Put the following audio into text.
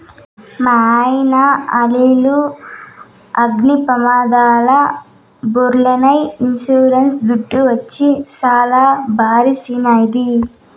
మాయన్న ఆలిల్లు అగ్ని ప్రమాదంల బుగ్గైనా ఇన్సూరెన్స్ దుడ్డు వచ్చి సల్ల బరిసినాది